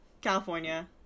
California